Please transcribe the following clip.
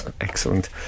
excellent